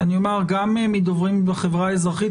גם מדוברים אחרים,